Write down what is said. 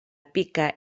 pica